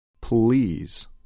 please